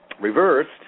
Reversed